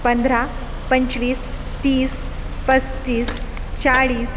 पंधरा पंचवीस तीस पस्तीस चाळीस